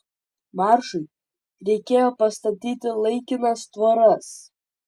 maršui reikėjo pastatyti laikinas tvoras